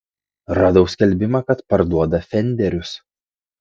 radau skelbimą kad parduoda fenderius